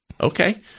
Okay